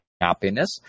happiness